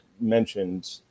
mentioned